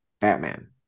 Batman